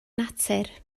natur